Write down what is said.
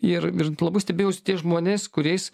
ir ir labai stebėjausi tie žmonės kuriais